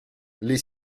les